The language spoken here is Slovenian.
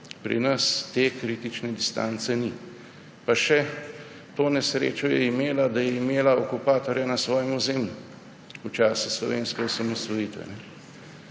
Pri nas te kritične distance ni. Pa še to nesrečo je imela, da je imela okupatorja na svojem ozemlju v času slovenske osamosvojitve,